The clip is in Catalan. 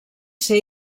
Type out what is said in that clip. ser